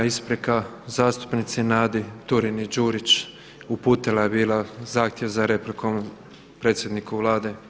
isprika zastupnici Nadi Turini-Đurić uputila je bila zahtjev za replikom predsjedniku Vlade.